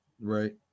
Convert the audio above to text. Right